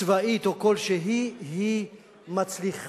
צבאית או כלשהי, היא מצליחה